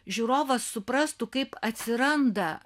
žiūrovas suprastų kaip atsiranda